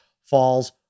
falls